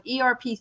erp